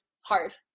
hard